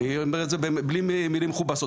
אני אומר את זה בלי מילים מכובסות,